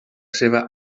seva